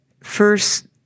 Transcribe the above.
first